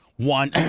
One